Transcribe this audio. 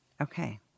Okay